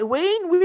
Wayne